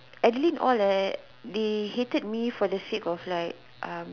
Adeline all that they hated me for the sake of like um